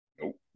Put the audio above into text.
Nope